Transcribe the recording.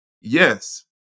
yes